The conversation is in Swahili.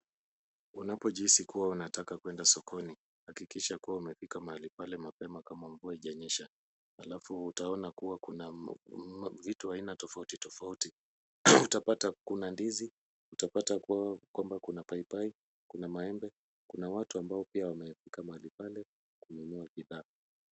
Unapojihisi kuwa unataka kwenda sokoni, hakikisha kuwa umefika mahali pale mapema kabla mvua haijanyesha, alafu utaona kuwa kuna vitu aina tofauti tofauti, utapata kuna ndizi, utapata kwamba kuna papai, kuna maembe, kuna watu ambao pia wamefika mahali pale kununua bidhaa.